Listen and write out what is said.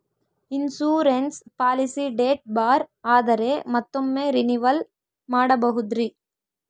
Insurance policy date ಬಾರ್ ಆದರೆ ಮತ್ತೊಮ್ಮೆ ರಿನಿವಲ್ ಮಾಡಬಹುದ್ರಿ?